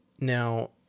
Now